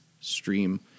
stream